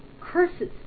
curses